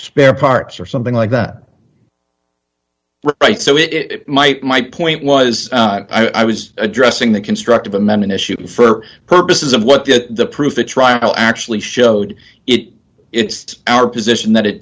spare parts or something like that right so it might my point was that i was addressing the constructive amendment issue for purposes of what the proof the trial actually showed it it's our position that it